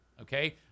okay